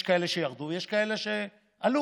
יש כאלה שירדו ויש כאלה שעלו.